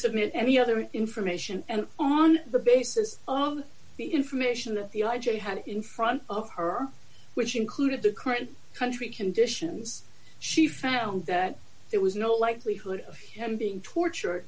submit any other information and on the basis of the information that the i g had in front of her which included the current country conditions she found that there was no likelihood of him being tortured